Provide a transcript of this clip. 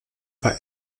war